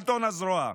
שלטון הזרוע,